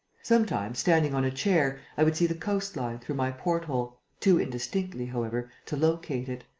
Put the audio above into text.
sometimes, standing on a chair, i would see the coastline, through my port-hole, too indistinctly, however, to locate it.